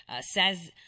says